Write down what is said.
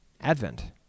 Advent